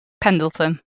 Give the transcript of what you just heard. Pendleton